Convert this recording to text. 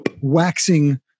waxing